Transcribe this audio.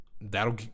that'll